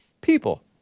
People